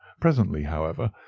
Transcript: presently, however,